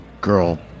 girl